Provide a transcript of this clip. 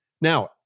Now